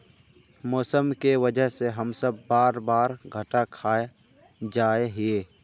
मौसम के वजह से हम सब बार बार घटा खा जाए हीये?